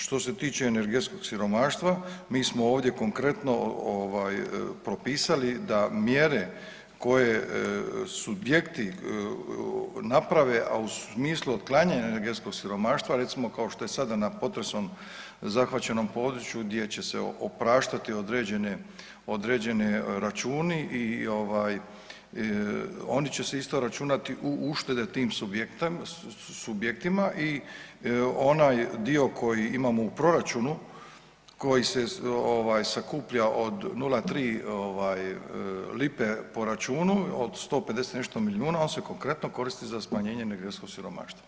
Što se tiče energetskog siromaštva, mi smo ovdje konkretno, ovaj, propisali da mjere koje subjekti naprave, a u smislu otklanjanja energetskog siromaštva, recimo kao što je sada na potresom zahvaćenom području, gdje će se opraštati određene računi i ovaj, oni će se isto računati u uštede tim subjektima i onaj dio koji imamo u proračunu koji se sakuplja od 0,3 lipe po računu od 150 i nešto milijuna, on se konkretno koristi za smanjenje energetskog siromaštva.